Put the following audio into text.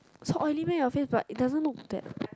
so oily meh your face but it doesn't look that